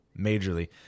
majorly